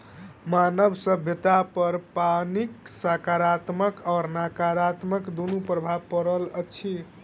मानव सभ्यतापर पानिक साकारात्मक आ नाकारात्मक दुनू प्रभाव पड़ल अछि